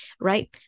right